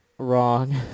Wrong